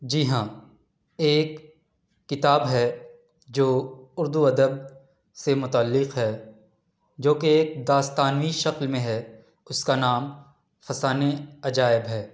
جی ہاں ایک کتاب ہے جو اردو ادب سے متعلق ہے جو کہ داستانوی شکل میں ہے اس کا نام فسانہ عجائب ہے